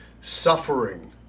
suffering